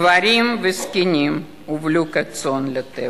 גברים וזקנים הובלו כצאן לטבח,